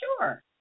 Sure